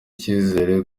icyizere